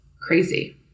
crazy